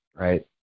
right